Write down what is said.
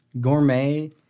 gourmet